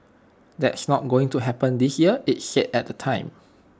that's not going to happen this year IT said at the time